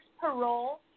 parole